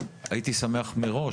הייתי שמח מראש,